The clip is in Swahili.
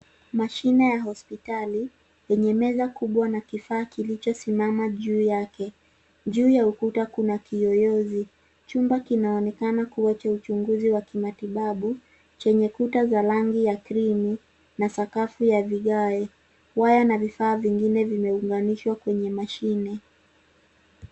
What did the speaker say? Mashine ya hospitali yenye meza kubwa na kifaa kilichosimama juu yake. Juu ya ukuta kuna kiyoyozi. Chumba kinaonekana kuwa cha uchunguzi wa kimatibabu chenye kuta za rangi ya krimu na sakafu ya vigae. Waya na vifaa vingine vimeunganishwa kwenye mashine.